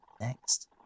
next